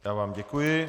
Já vám děkuji.